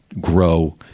grow